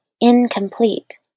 incomplete